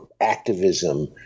activism